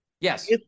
yes